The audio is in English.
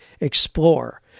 explore